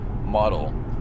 model